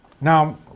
Now